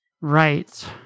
Right